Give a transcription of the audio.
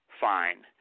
fine